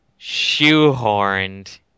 shoehorned